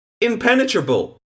Impenetrable